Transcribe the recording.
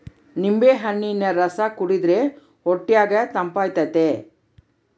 ನಿಂಬೆಹಣ್ಣಿನ ರಸ ಕುಡಿರ್ದೆ ಹೊಟ್ಯಗ ತಂಪಾತತೆ